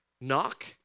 Knock